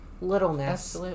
littleness